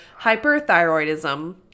hyperthyroidism